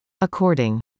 According